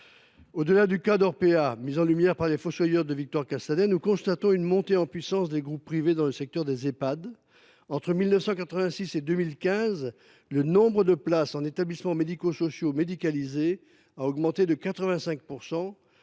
Au delà du cas d’Orpea mis en lumière par de Victor Castanet, nous constatons une montée en puissance des groupes privés dans le secteur des Ehpad. Entre 1986 et 2015, le nombre de places en établissements médico sociaux médicalisés a augmenté de 85